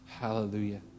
Hallelujah